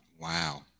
Wow